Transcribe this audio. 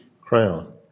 crown